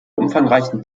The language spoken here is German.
umfangreichen